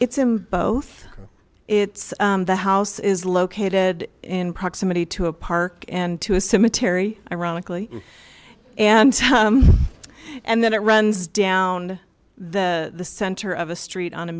it's him both it's the house is located in proximity to a park and to a cemetery ironically and and then it runs down the center of a street on a